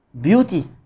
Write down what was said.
beauty